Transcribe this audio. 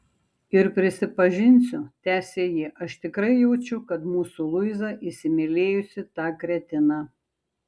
ir prisipažinsiu tęsė ji aš tikrai jaučiu kad mūsų luiza įsimylėjusi tą kretiną